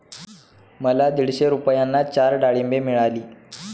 मला दीडशे रुपयांना चार डाळींबे मिळाली